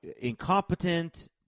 incompetent